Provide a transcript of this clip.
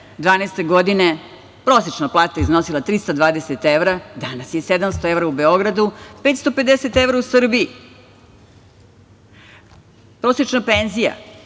2012. godine prosečna plata je iznosila 320 evra, danas je 700 evra u Beogradu, 550 evra u Srbiji. Prosečna penzija